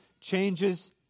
changes